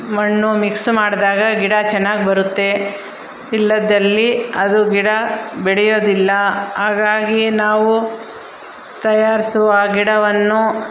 ಮಣ್ಣು ಮಿಕ್ಸ್ ಮಾಡಿದಾಗ ಗಿಡ ಚೆನ್ನಾಗಿ ಬರುತ್ತೆ ಇಲ್ಲದ್ದಲ್ಲಿ ಅದು ಗಿಡ ಬೆಳೆಯೋದಿಲ್ಲ ಹಾಗಾಗಿ ನಾವು ತಯಾರಿಸುವ ಗಿಡವನ್ನು